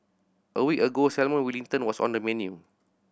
a week ago Salmon Wellington was on the menu